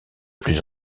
plus